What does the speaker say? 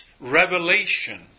revelation